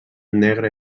negre